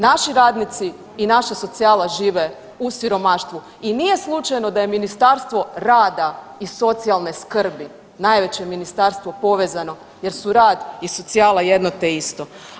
Naši radnici i naša socijala žive u siromaštvu i nije slučajno da je Ministarstvo rada i socijalne skrbi, najveće ministarstvo povezano jer su rad i socijala jedno te isto.